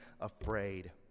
afraid